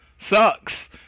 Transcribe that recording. sucks